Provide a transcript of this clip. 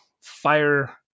fire